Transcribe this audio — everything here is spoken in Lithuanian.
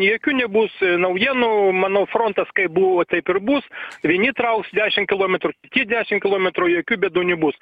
jokių nebus naujienų manau frontas kaip buvo taip ir bus vieni trauks dešim kilometrų kiti dešim kilometrų jokių bėdų nebus